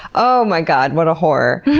oh my god, what a horror.